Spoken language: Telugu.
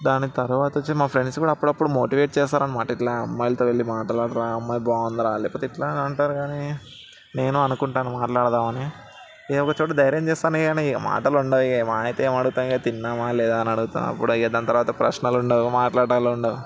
దాని తర్వాత వచ్చి మా ఫ్రెండ్స్ కూడా అప్పుడప్పుడు మోటివేట్ చేస్తారని మాట ఇట్లా అమ్మాయిలతో వెళ్ళి మాట్లాడరా అమ్మాయి బాగుంది రా లేకపోతే ఇట్లా అంటారు కానీ నేను అనుకుంటాను మాట్లాడదాం అని ఒక చోట ధైర్యం చేస్తాను కానీ మాటలు ఉండవు ఇక మహా అయితే ఏం అడుగుతాం ఇహ తిన్నావా లేదా అని అడుగుతాం దాని తర్వాత ప్రశ్నలు ఉండవు మాట్లాడాళ్ళు ఉండవు